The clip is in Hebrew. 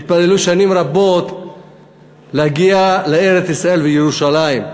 התפללו שנים רבות להגיע לארץ-ישראל וירושלים.